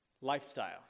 Lifestyle